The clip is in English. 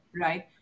right